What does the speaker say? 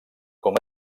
com